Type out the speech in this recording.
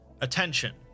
Attention